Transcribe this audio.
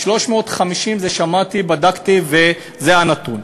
350, שמעתי, בדקתי, וזה הנתון.